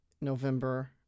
November